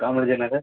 Kamarajar Nagar